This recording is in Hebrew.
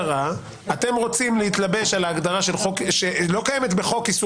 אתם רוצים להתלבש על הגדרה שלא קיימת בחוק איסור